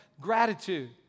gratitude